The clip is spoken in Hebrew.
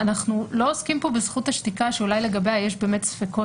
אנחנו לא ועסקים כאן בזכות השתיקה שאולי לגביה יש באמת ספקות.